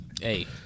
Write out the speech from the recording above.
Hey